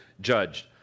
judged